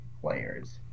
Players